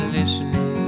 listen